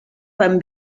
van